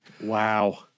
Wow